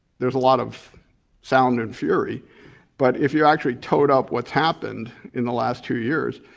there's a lot of sound and fury but if you actually totaled up what's happened in the last two years,